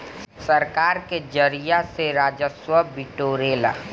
सरकार कर के जरिया से राजस्व बिटोरेला